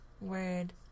word